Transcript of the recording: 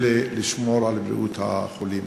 כדי לשמור על בריאות החולים?